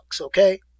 okay